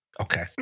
Okay